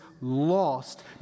lost